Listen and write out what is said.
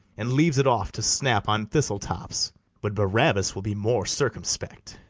and leaves it off to snap on thistle-tops but barabas will be more circumspect.